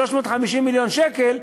350 מיליון שקל,